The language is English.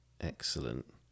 Excellent